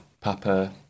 Papa